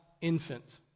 infant